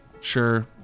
sure